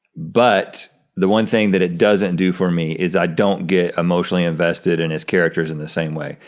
but the one thing that it doesn't do for me is i don't get emotionally invested in his characters in the same way.